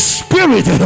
spirit